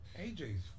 AJ's